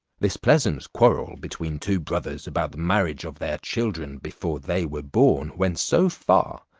this pleasant quarrel between two brothers about the marriage of their children before they were born went so far,